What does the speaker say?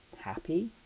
happy